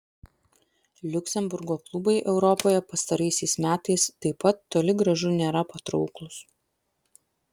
liuksemburgo klubai europoje pastaraisiais metais taip pat toli gražu nėra patrauklūs